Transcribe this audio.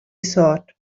thought